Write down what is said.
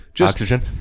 Oxygen